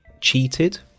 cheated